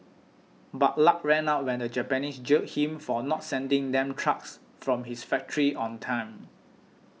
but luck ran out when the Japanese jailed him for not sending them trucks from his factory on time